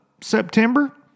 September